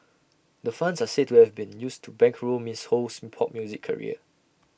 the funds are said to have been used to bankroll miss Ho's pop music career